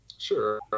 sure